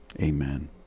Amen